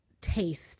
taste